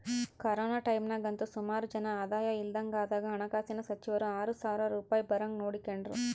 corona ಟೈಮ್ನಾಗಂತೂ ಸುಮಾರು ಜನ ಆದಾಯ ಇಲ್ದಂಗಾದಾಗ ಹಣಕಾಸಿನ ಸಚಿವರು ಆರು ಸಾವ್ರ ರೂಪಾಯ್ ಬರಂಗ್ ನೋಡಿಕೆಂಡ್ರು